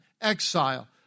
exile